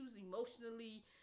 emotionally